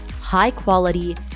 high-quality